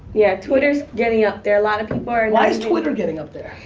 yeah. twitter's getting up there. a lot of people why and why is twitter getting up there?